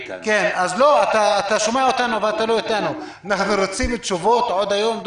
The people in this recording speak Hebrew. אנחנו רוצים תשובות עוד היום.